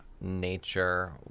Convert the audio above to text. nature